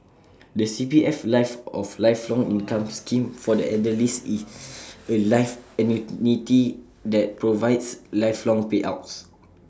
the CPF life or lifelong income scheme for the elderly is A life annuity that provides lifelong payouts